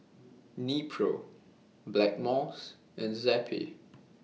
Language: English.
Nepro Blackmores and Zappy